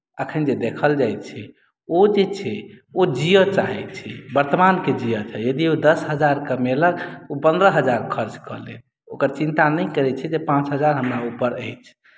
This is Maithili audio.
अखन जे देखल जाइत छै ओ जे छै ओ जिअ चाहैत छै वर्तमानकेँ जिअ चाहैत छै यदि ओ दस हजार कमेलक ओ पन्द्रह हजार खर्च कऽ लेत ओकर चिन्ता नहि करैत छै जे पाँच हजार हमरा ऊपर अछि